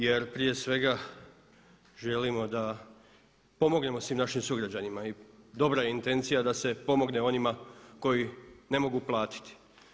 Jer prije svega želimo da pomognemo svim našim sugrađanima i dobra je intencija da se pomogne onima koji ne mogu platiti.